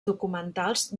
documentals